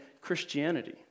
Christianity